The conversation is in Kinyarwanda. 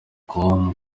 com